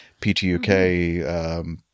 PTUK